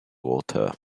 water